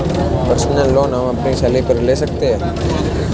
personal loan हम अपनी salary पर ले सकते है